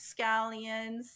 scallions